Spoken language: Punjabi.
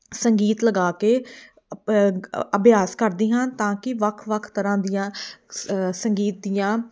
ਸੰਗੀਤ ਲਗਾ ਕੇ ਅਭਿਆਸ ਕਰਦੀ ਹਾਂ ਤਾਂ ਕਿ ਵੱਖ ਵੱਖ ਤਰ੍ਹਾਂ ਦੀਆਂ ਸੰਗੀਤ ਦੀਆਂ